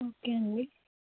okay అండి